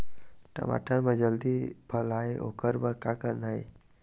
टमाटर म जल्दी फल आय ओकर बर का करना ये?